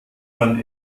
man